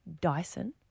Dyson